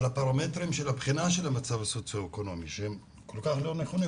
על כך שהפרמטרים של הבחינה של המצב הסוציו-אקונומי אינם נכונים.